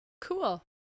cool